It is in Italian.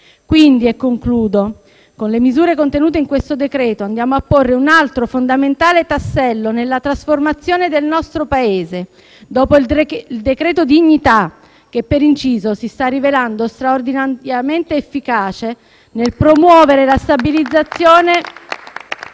Quindi - e concludo - con le misure contenute in questo decreto andiamo a porre un altro fondamentale tassello nella trasformazione del nostro Paese, dopo il decreto dignità - che, per inciso, si sta rivelando straordinariamente efficace nel promuovere la stabilizzazione